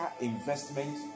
investment